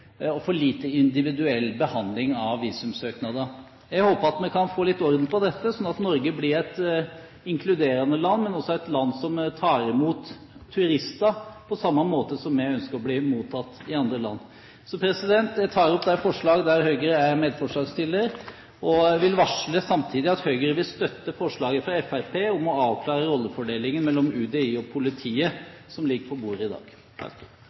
for dårlig og en lite individuell behandling av visumsøknader. Jeg håper vi kan få litt orden på dette, slik at Norge blir et inkluderende land, men også et land som tar imot turister på samme måte som vi ønsker å bli mottatt i andre land. Jeg tar opp de forslag der Høyre er medforslagsstiller, og vil samtidig varsle at Høyre vil støtte forslaget fra Fremskrittspartiet, som ligger på bordet i dag, om å avklare rollefordelingen mellom UDI og politiet.